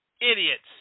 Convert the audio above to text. Idiots